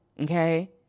okay